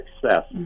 success